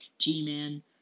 G-Man